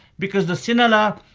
because the sinhala,